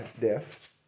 death